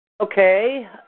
Okay